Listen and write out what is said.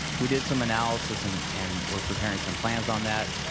we did some analysis and and we're preparing some plans on that.